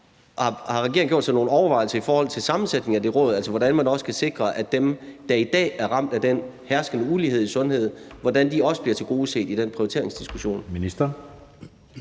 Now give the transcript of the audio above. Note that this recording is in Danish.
har regeringen gjort sig nogle overvejelser i forhold til sammensætningen af det råd, altså hvordan man kan sikre, at dem, der i dag er ramt af den herskende ulighed i sundhed, også bliver tilgodeset i den prioriteringsdiskussion?